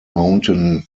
mountain